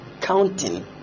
counting